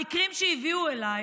המקרים שהביאו אליי